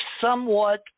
somewhat